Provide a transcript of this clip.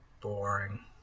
boring